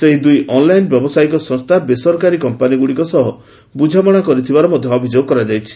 ସେହି ଦୁଇ ଅନ୍ଲାଇନ୍ ବ୍ୟବସାୟିକ ସଂସ୍ଥା ବେସରକାରୀ କମ୍ପାନିଗୁଡ଼ିକ ସହ ବୁଝାମଣା କରିଥିବାର ମଧ୍ୟ ଅଭିଯୋଗ କରାଯାଇଛି